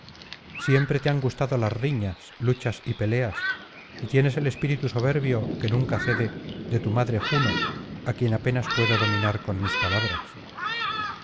siempre te han gustado las riñas luchas y peleas y tienes el espíritu soberbio que nunca cede de tu madre juno á quien apenas puedo dominar con mis palabras